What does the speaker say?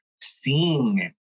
seeing